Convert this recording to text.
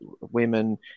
women